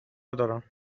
دارم